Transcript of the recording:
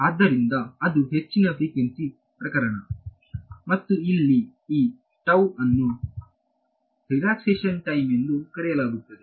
ಆದ್ದರಿಂದ ಅದು ಹೆಚ್ಚಿನ ಫ್ರಿಕ್ವೆನ್ಸಿ ಪ್ರಕರಣ ಮತ್ತು ಇಲ್ಲಿ ಈ ಟೌ ಅನ್ನು ರಿಲ್ಯಾಕ್ಸೇಶನ್ ಟೈಮ್ ಎಂದು ಕರೆಯಲಾಗುತ್ತದೆ